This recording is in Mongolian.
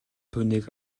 түүнийг